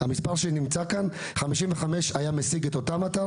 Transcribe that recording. המספר שנמצא לפי המומחים זה 55% במקום ה-75%.